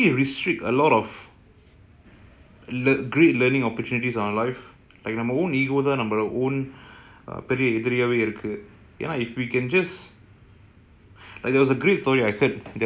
okay ரொம்ப:romba easy and he asked me அம்மணமாதுணியில்லாமநடந்துபோனும்:ammanama thunillama nadanthu ponum